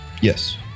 Yes